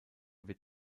wird